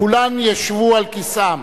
כולם ישבו על כיסאם.